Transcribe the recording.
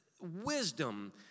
wisdom